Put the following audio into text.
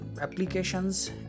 applications